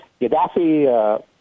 Gaddafi